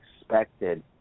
expected